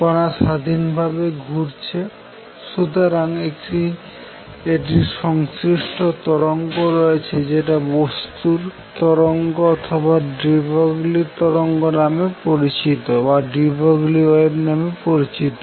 কণা স্বাধীন ভাবে ঘুরচ্ছে সুতরাং এটির সংশ্লিষ্ট তরঙ্গ রয়েছে যেটা বস্তুর তরঙ্গ অথবা ডি ব্রগলি তরঙ্গ নামে পরিচিত